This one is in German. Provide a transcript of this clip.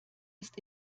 ist